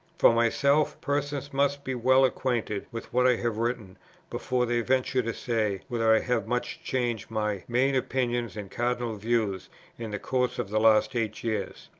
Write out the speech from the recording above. for myself, persons must be well acquainted with what i have written before they venture to say whether i have much changed my main opinions and cardinal views in the course of the last eight years.